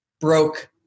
broke